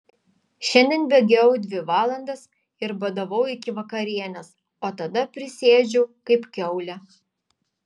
šiandien bėgiojau dvi valandas ir badavau iki vakarienės o tada prisiėdžiau kaip kiaulė